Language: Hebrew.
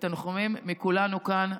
תנחומים למשפחה מכולנו כאן.